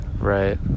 Right